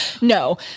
No